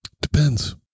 Depends